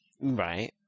Right